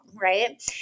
right